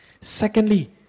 Secondly